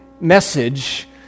message